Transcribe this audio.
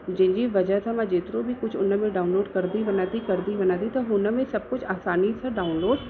जंहिं जी वजह सां मां जेतिरो बि कुझु हुन में डाउनलोड कंदी वञा थी कंदी वञा थी त हुन में सभु कुझु आसानीअ सां डाउनलोड